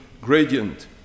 gradient